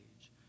age